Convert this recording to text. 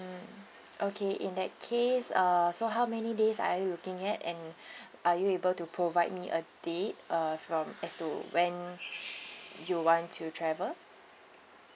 um okay in that case ah so how many days are you looking at and are you able to provide me a date uh from as to when you want to travel